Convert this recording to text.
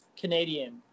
Canadian